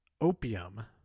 Opium